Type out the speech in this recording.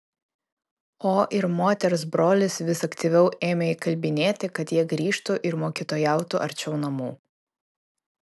o ir moters brolis vis aktyviau ėmė įkalbinėti kad jie grįžtų ir mokytojautų arčiau namų